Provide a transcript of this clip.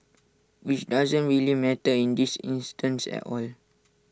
which doesn't really matter in this instance at all